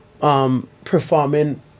performing